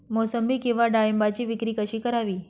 मोसंबी किंवा डाळिंबाची विक्री कशी करावी?